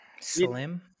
Slim